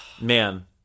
Man